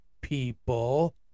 people